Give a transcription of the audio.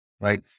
right